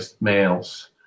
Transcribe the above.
males